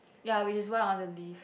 ya which is why I want to leave